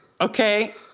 okay